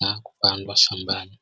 na kupandwa mashambani.